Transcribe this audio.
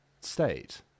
state